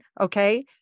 okay